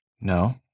No